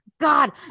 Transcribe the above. god